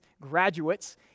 graduates